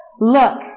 Look